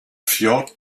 fjord